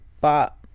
but-